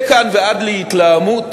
מכאן ועד להתלהמות